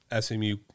SMU